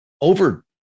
over